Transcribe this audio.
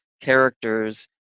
characters